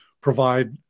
provide